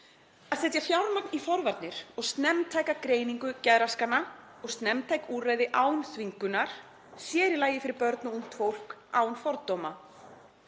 að setja fjármagn í forvarnir og snemmtæka greiningu geðraskana og snemmtæk úrræði án þvingunar, sér í lagi fyrir börn og ungt fólk, án fordóma,